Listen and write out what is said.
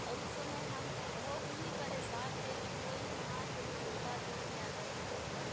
और उस समय हम बहुत ही परेशान थे कि कोई महान पुरुष होता तो हमें आज़ाद कराता